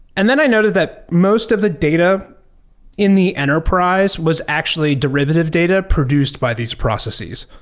and then i noted that most of the data in the enterprise was actually derivative data produced by these processes.